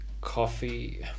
coffee